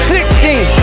Sixteen